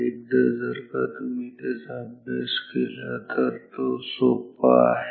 एकदा जर का तुम्ही त्याचा अभ्यास केला तर तो सोपा आहे